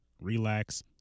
relax